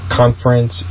conference